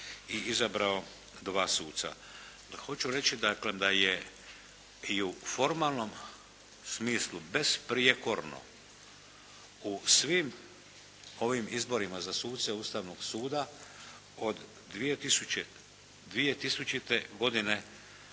i izabrao dva suca. Hoću reći, dakle, da je i u formalnom smislu besprijekorno u svim ovim izborima za suce Ustavnog suda, od 2000. godine